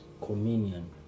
communion